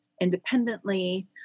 independently